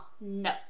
no